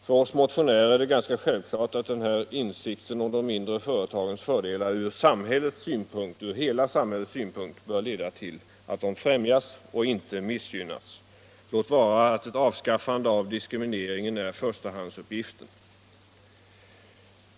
För oss motionärer är det ganska självklart att insikten om de mindre företagens fördelar från hela samhällets synpunkt bör leda till att dessa företag främjas och inte missgynnas, låt vara att ett avskaffande av diskrimineringen är förstahandsuppgiften.